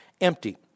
empty